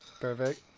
Perfect